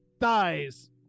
thighs